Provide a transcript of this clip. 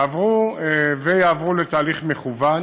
ועברו ויעברו לתהליך מקוון